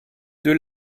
deux